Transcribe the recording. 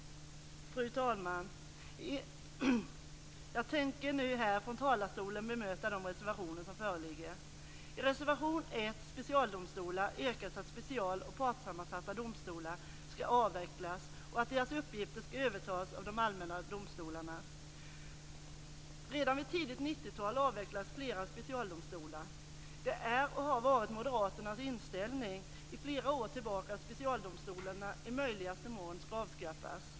Fru talman! Jag tänker nu här från talarstolen bemöta de reservationer som föreligger. I reservation 1 om specialdomstolar yrkas att special och partssammansatta domstolar skall avvecklas och att deras uppgifter skall övertas av de allmänna domstolarna. Redan vid tidigt 90-tal avvecklades flera specialdomstolar. Det är och har varit Moderaternas inställning sedan flera år tillbaka att specialdomstolarna i möjligaste mån skall avskaffas.